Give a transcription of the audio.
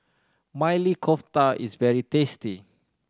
Maili Kofta is very tasty